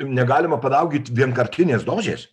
negalima padaugint vienkartinės dozės